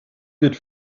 geht